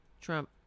Trump